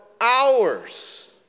hours